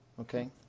Okay